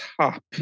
top